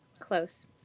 Close